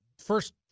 first